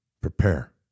Prepare